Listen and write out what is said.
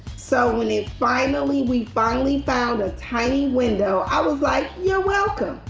so when it finally we finally found a tiny window i was like, you're welcome.